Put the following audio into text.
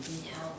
ya